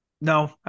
No